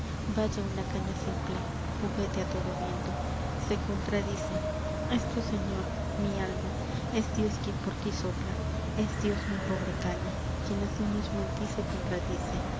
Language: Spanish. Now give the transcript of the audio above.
vaya una cañe simple jjuguete a todo viento se contradice es tu señor mi alma es dios quien por tí sopla es dios mi pobre caña quien a sí mismo en tí se contradice